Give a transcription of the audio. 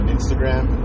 Instagram